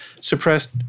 suppressed